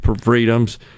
freedoms